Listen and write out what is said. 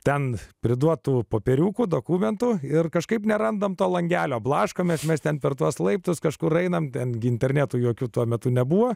ten priduotų popieriukų dokumento ir kažkaip nerandame to langelio blaškomės mes ten per tuos laiptus kažkur einame ten interneto jokių tuo metu nebuvo